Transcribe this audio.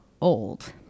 old